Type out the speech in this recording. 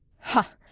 Ha